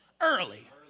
early